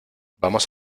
vamos